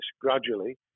gradually